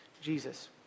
Jesus